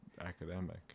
academic